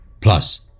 Plus